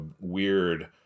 weird